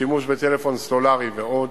שימוש בטלפון סלולרי ועוד,